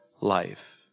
life